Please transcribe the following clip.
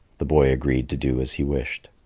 the boy agreed to do as he wished.